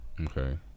Okay